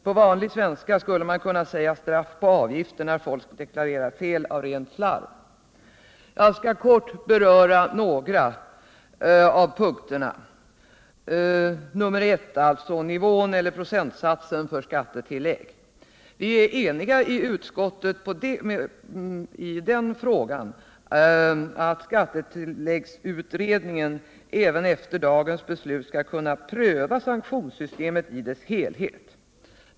På vanlig svenska skulle man kunna säga: straffavgifter när folk deklarerar fel av rent slarv. Sag skall kort beröra några av punkterna. Punkt ett gäller nivån för procentsatsen för skattetillägg. I den frågan är vi eniga i utskottet om att skattetilläggsutredningen även efter dagens beslut skall kunna pröva sanktionssystemet i dess helhet.